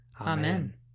Amen